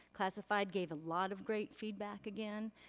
classified gave a lot of great feedback again.